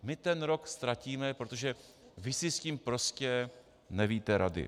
My ten rok ztratíme, protože vy si s tím prostě nevíte rady.